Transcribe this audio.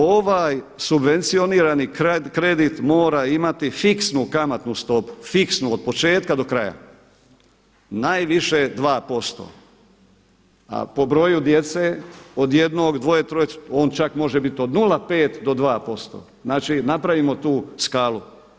Ovaj subvencionirani kredit mora imati fiksnu kamatnu stopu, fiksnu od početka do kraja najviše 2%, a po broju djece od jednog, dvoje, troje on čak može biti od 0,5 do 2% znači napravimo tu skalu.